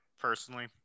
personally